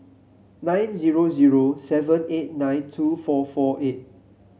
nine zero zero seven eight nine two four four eight